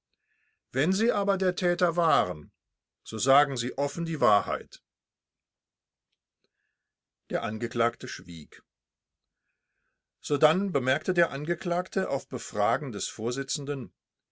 wenn sie aber der täter waren so sagen sie offen die wahrheit der angeklagte schwieg sodann bemerkte der angeklagte auf befragen des vorsitzenden